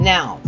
Now